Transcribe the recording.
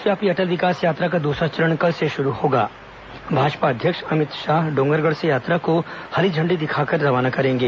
प्रदेशव्यापी अटल विकास यात्रा का दूसरा चरण कल से शुरू होगा भाजपा अध्यक्ष अमित शाह डोंगरगढ़ से यात्रा को हरी झंडी दिखाकर रवाना करेंगे